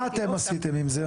מה אתם עשיתם עם זה?